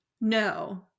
No